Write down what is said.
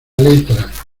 letra